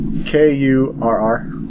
K-U-R-R